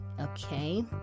okay